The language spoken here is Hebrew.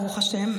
ברוך השם,